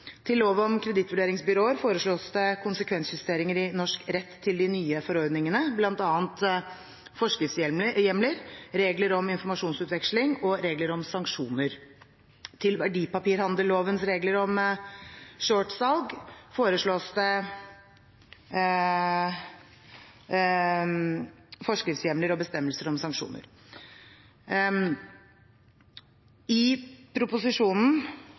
Til lov om kredittvurderingsbyråer foreslås det konsekvensjusteringer i norsk rett til de nye forordningene, bl.a. forskriftshjemler, regler om informasjonsutveksling og regler om sanksjoner. Til verdipapirhandellovens regler om shortsalg foreslås det forskriftshjemler og bestemmelser om sanksjoner. I proposisjonen